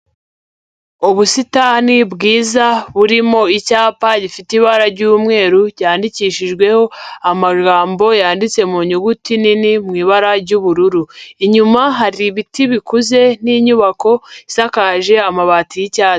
Ubusitani bwiza burimo icyapa gifite ibara ry'umweru cyandikishijweho amagambo yanditse mu nyuguti nini mu ibara ry'ubururu. Inyuma hari ibiti bikuze n'inyubako isakaje amabati y'icyatsi.